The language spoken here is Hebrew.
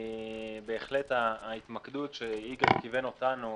בהחלט ההתמקדות שיגאל פרסלר כיוון אותנו אליה,